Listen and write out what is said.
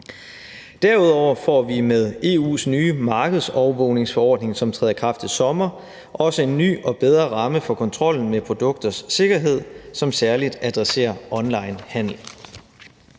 Derudover får vi med EU's nye markedsovervågningsforordning, som træder i kraft til sommer, også en ny og bedre ramme for kontrollen med produkters sikkerhed, som særlig adresserer onlinehandel.